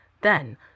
Then